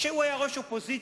כשהוא היה ראש האופוזיציה,